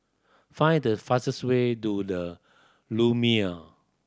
find the fastest way to The Lumiere